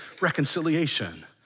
reconciliation